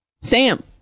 Sam